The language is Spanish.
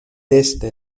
este